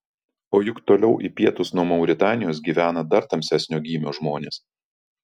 o juk toliau į pietus nuo mauritanijos gyvena dar tamsesnio gymio žmonės